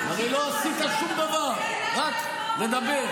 --- הרי לא עשית שום דבר, רק לדבר.